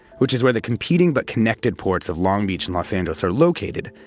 which is where the competing but connected ports of long beach and los angeles are located,